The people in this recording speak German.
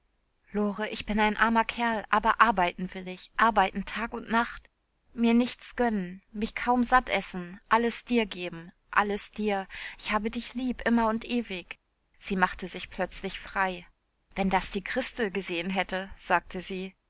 lore ich bin ein armer kerl aber arbeiten will ich arbeiten tag und nacht mir nichts gönnen mich kaum satt essen alles dir geben alles dir ich habe dich lieb immer und ewig sie machte sich plötzlich frei wenn das die christel gesehen hätte sagte sie